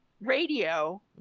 radio